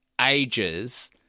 ages